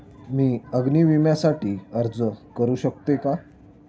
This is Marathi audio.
मी अग्नी विम्यासाठी अर्ज करू शकते का?